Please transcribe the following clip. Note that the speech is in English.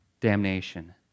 damnation